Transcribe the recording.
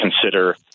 consider